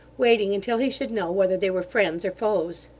waiting until he should know whether they were friends or foes.